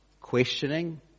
questioning